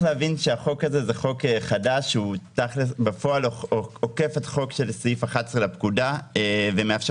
צריך להבין שזה חוק חדש שבפועל עוקף את סעיף 11 לפקודה ומאפשר